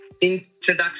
Introduction